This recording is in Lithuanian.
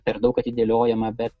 per daug atidėliojama bet